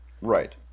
Right